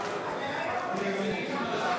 הכנסת)